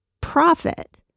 profit